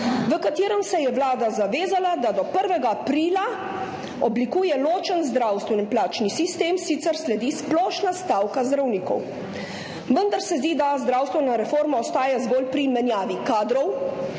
v katerem se je Vlada zavezala, da do 1. aprila oblikuje ločen zdravstveni plačni sistem, sicer sledi splošna stavka zdravnikov, vendar se zdi, da zdravstvena reforma ostaja zgolj pri menjavi kadrov,